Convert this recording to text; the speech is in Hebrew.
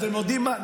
אתם יודעים מה?